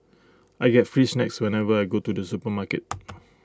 I get free snacks whenever I go to the supermarket